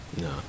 No